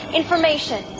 information